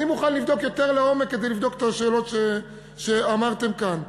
אני מוכן לבדוק יותר לעומק כדי לבדוק את השאלות שהצגתם כאן.